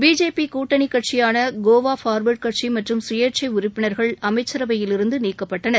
BJP கூட்டணி கட்சியான Goa forward கட்சி மற்றும் சுயேச்சை உறுப்பினா்கள் அமைச்சரவையிலிருந்து நீக்கப்பட்டனர்